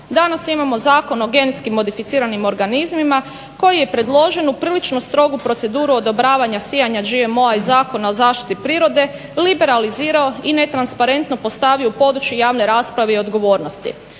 danas imamo Zakon o genetski modificiranim organizmima koji je predložen u prilično strogu proceduru odobravanja sijanja GMO-a iz Zakona o zaštiti prirode, liberalizirao i ne transparentno postavio u području javne rasprave i odgovornosti.